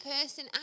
person